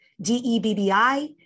d-e-b-b-i